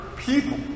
People